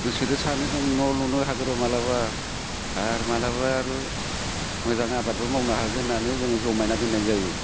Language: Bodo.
गोसोखो सानो जों न' लुनो हागोन र' माब्लाबा आर माब्लाबा आरो मोजां आबादबो मावनो हागोन होननानै जों जमायना दोननाय जायो